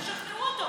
תשכנעו אותו.